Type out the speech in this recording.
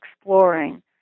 exploring